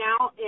now